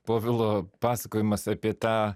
povilo pasakojimas apie tą